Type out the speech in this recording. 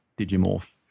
Digimorph